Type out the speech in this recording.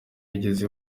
yigeze